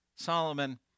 Solomon